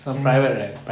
can